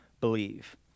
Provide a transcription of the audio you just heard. believe